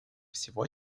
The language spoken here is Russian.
всего